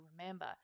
remember